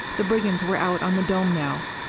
the brigands were out on the dome now.